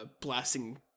blasting